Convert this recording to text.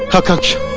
akansha